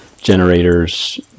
generators